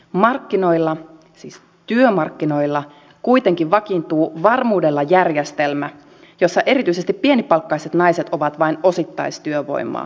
markkinoilla siis työmarkkinoilla kuitenkin vakiintuu varmuudella järjestelmä jossa erityisesti pienipalkkaiset naiset ovat vain osittaistyövoimaa